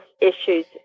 issues